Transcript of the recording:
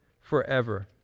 forever